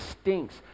stinks